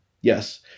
yes